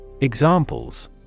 Examples